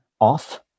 off